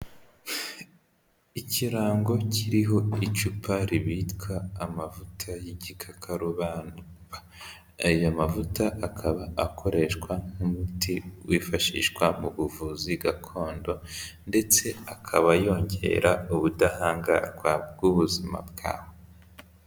Ikirango kiriho icupa ribika amavuta y'igikakarubamba aya mavuta akaba akoreshwa nk'umuti wifashishwa mu buvuzi gakondo ndetse akaba yongera ubudahangarwa bw'ubuzima bwawe.